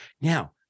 Now